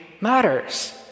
matters